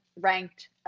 ranked